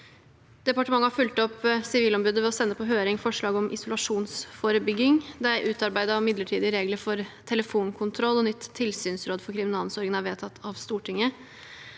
Departementet har fulgt opp Sivilombudets melding ved å sende på høring et forslag om isolasjonsforebygging. Det er utarbeidet midlertidige regler for telefonkontroll, og nytt tilsynsråd for kriminalomsorgen er vedtatt av Stortinget.